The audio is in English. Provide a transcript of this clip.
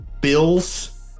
Bills